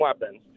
weapons